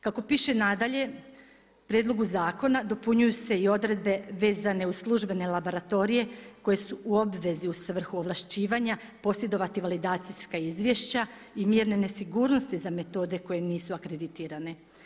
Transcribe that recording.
Kako piše nadalje, prijedlogu zakona dopunjuju se i odredbe vezane uz službene laboratorije koje su obvezi u svrhu ovlašćivanja posjedovati veledacijska izvješća i mjerne nesigurnosti za metode koje nisu akreditirane.